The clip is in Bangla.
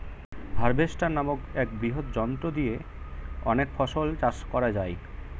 হার্ভেস্টার নামক এক বৃহৎ যন্ত্র দিয়ে অনেক ফসল চাষ করা যায়